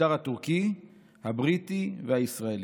המשטר הטורקי, הבריטי והישראלי,